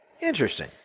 Interesting